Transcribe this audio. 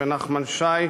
נחמן שי,